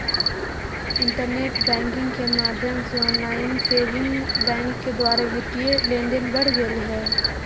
internet banking के माध्यम से ऑनलाइन सेविंग बैंक के द्वारा वित्तीय लेनदेन बढ़ गेले हइ